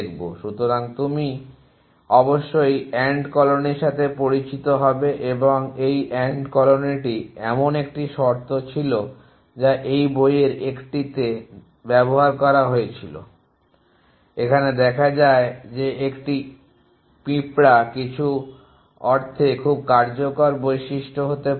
সুতরাং তুমি অবশ্যই এন্ট কলোনীর সাথে পরিচিত হবে এই এন্ট কলোনীটি এমন একটি শর্ত ছিল যা এই বইয়ের একটিতে দ্বারা ব্যবহার করা হয়েছিল রেফার টাইম 3907 এখানে দেখা যায় যে একটি পিঁপড়া কিছু অর্থে খুব কার্যকর বৈশিষ্ট্য হতে পারে না